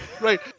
Right